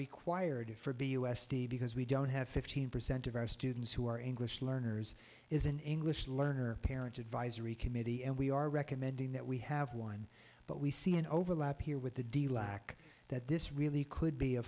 required for b u s d because we don't have fifteen percent of our students who are english learners is an english learner parent advisory committee and we are recommending that we have one but we see an overlap here with the deal like that this really could